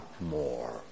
more